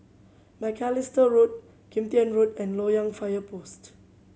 Macalister Road Kim Tian Road and Loyang Fire Post